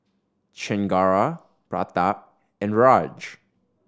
Chengara Pratap and Raj